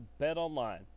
BetOnline